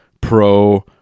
Pro